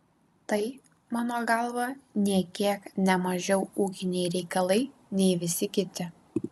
tai mano galva nė kiek ne mažiau ūkiniai reikalai nei visi kiti